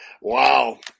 Wow